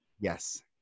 Yes